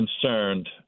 Concerned